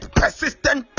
persistent